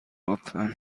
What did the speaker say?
لطفا